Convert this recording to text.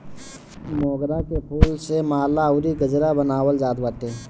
मोगरा के फूल से माला अउरी गजरा बनावल जात बाटे